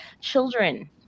children